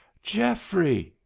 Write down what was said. geoffrey!